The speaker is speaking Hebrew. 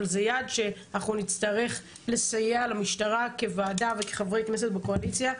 אבל זה יעד שאנחנו נצטרך לסייע למשטרה כוועדה וכחברי כנסת בקואליציה.